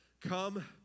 Come